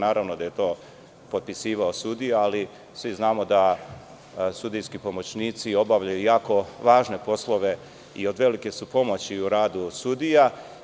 Naravno da je to potpisivao sudija ali svi znamo da sudijski pomoćnici obavljaju jako važne poslove i od velike su pomoći u radu sudija.